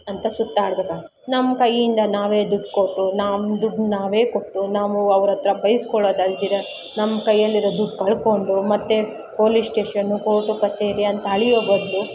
ಅಂತ ಸುತ್ತಾಡ್ಬೇಕಾಗಿ ನಮ್ಮ ಕೈಯ್ಯಿಂದ ನಾವೇ ದುಡ್ಡು ಕೊಟ್ಟು ನಮ್ಮ ದುಡ್ಡು ನಾವೇ ಕೊಟ್ಟು ನಾವು ಅವ್ರ ಹತ್ರ ಬೈಸ್ಕೊಳ್ಳೋದು ಅಲ್ಲದಿರ ನಮ್ಮ ಕೈಯ್ಯಲ್ಲಿರೋ ದುಡ್ಡು ಕಳ್ಕೊಂಡು ಮತ್ತೆ ಪೊಲೀಶ್ ಸ್ಟೇಷನ್ನು ಕೋರ್ಟು ಕಛೇರಿ ಅಂತ ಅಲೆಯೋ ಬದಲು